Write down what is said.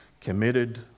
committed